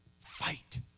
Fight